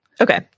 Okay